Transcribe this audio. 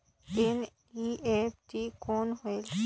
NEFT कौन होएल?